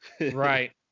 Right